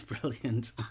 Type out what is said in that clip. brilliant